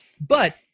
But-